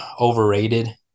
overrated